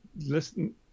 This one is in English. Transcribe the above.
listen